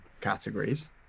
categories